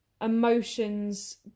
emotions